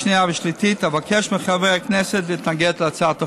ושלישית, אבקש מחברי הכנסת להתנגד להצעת החוק.